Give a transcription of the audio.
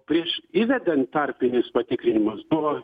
prieš įvedant tarpinius patikrinimus buvo